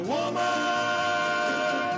Woman